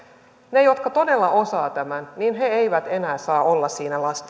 he jotka todella osaavat tämän eivät enää saa olla siinä